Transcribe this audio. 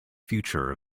future